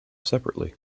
separately